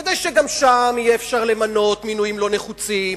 כדי שגם שם יהיה אפשר למנות מינויים לא נחוצים,